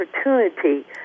opportunity